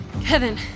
Kevin